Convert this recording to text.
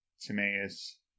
Timaeus